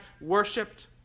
worshipped